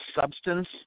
substance